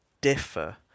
differ